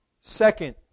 Second